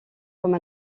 comme